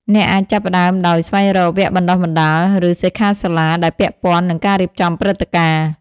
អ្នកអាចចាប់ផ្តើមដោយ ស្វែងរកវគ្គបណ្ដុះបណ្ដាល ឬសិក្ខាសាលាដែលពាក់ព័ន្ធនឹងការរៀបចំព្រឹត្តិការណ៍។